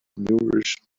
nourished